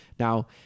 Now